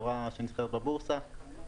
חברה שמתחרה בבורסה,